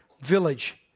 village